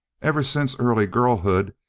ever since early girlhood,